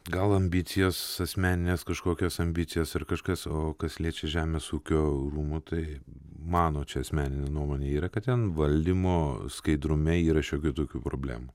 gal ambicijos asmeninės kažkokios ambicijos ar kažkas o kas liečia žemės ūkio rūmų tai mano asmenine nuomone yra kad ten valdymo skaidrume yra šiokių tokių problemų